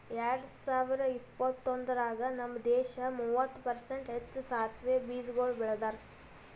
ಎರಡ ಸಾವಿರ ಇಪ್ಪತ್ತೊಂದರಾಗ್ ನಮ್ ದೇಶ ಮೂವತ್ತು ಪರ್ಸೆಂಟ್ ಹೆಚ್ಚು ಸಾಸವೆ ಬೀಜಗೊಳ್ ಬೆಳದಾರ್